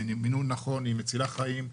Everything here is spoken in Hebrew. במינון נכון היא מצילה חיים,